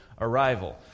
arrival